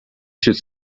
should